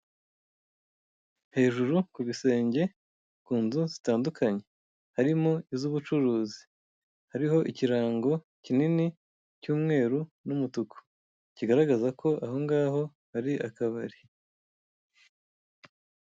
Hejuru ku bisenge, ku nzu zitandukanye. Harimo iz'ubucuruzi, hariho ikirango kinini cy'umweru n'umutuku, kigaragaza ko ahongaho hari akabari.